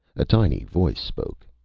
a tiny voice spoke.